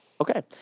Okay